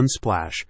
Unsplash